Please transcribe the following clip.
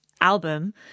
album